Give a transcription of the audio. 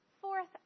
Fourth